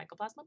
mycoplasma